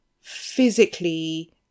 physically